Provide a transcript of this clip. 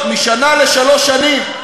שלפחות ישמע על מה זכות תגובה.